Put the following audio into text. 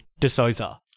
DeSouza